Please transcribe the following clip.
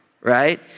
right